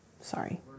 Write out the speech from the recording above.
sorry